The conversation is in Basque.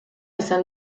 izan